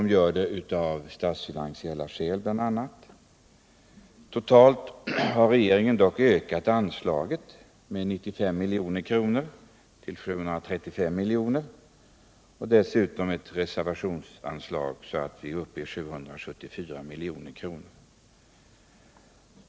Man gör det av bl.a. statsfinansiella skäl. Totalt föreslår regeringen dock en höjning av anslaget med 95 milj.kr., till 735 milj.kr. Dessutom föreslås ett reservationsanslag som gör att man kommer upp till 774 milj.kr.